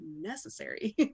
necessary